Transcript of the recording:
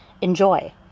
enjoy